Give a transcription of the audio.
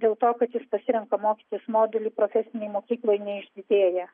dėl to kad jis pasirenka mokytis modulį profesinėj mokykloj neišdidėja